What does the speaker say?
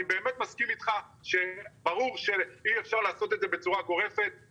אני מסכים אתך שברור שאי אפשר לעשות את זה בצורה גורפת,